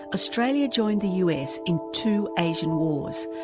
australia joined the us in two asian wars,